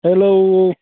hello